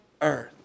earth